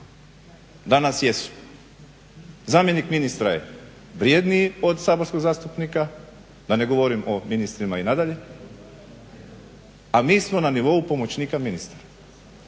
danas jesu. Zamjenik ministra je vrjedniji od saborskog zastupnika, da ne govorim o ministrima i nadalje, a mi smo na nivou pomoćnika ministara.